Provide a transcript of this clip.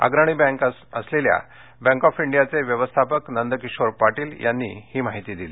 अग्रणी बँक असलेल्या bank of इंडियाचे व्यवस्थापक नंदकिशोर पाटील यांनी ही माहिती दिली